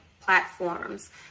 platforms